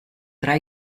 tra